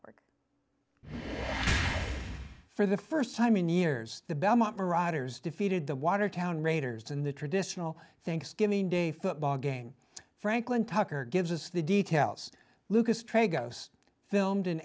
doll for the st time in years the belmont riders defeated the watertown raiders in the traditional thanksgiving day football game franklin tucker gives us the details lucas trade ghost filmed